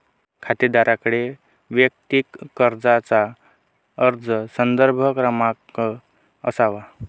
खातेदाराकडे वैयक्तिक कर्जाचा अर्ज संदर्भ क्रमांक असावा